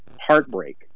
heartbreak